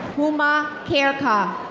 hooma khairkhah.